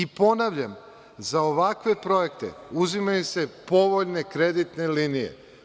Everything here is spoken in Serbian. Ponavljam za ovakve projekte uzimaju se povoljne kreditne linije.